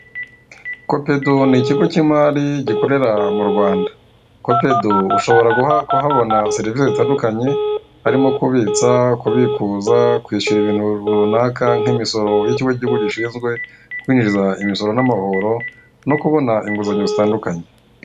Kopedu ni ikigo k'imari gikorera mu Rwanda. Kopedu ushobora kuhabaona serivise zitandukanye harimo kubitsa, kubikuza, kwishyura ibintu runaka nk'imisoro y'ikigo k'igihugu gishinzwe kwinjiza imisoro n'amahoro no kubona inguzanyo zitandukanye.